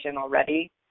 already